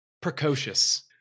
Precocious